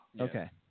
Okay